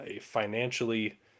financially